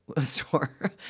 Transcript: store